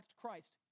Christ